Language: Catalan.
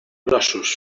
grossos